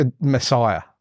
Messiah